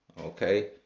Okay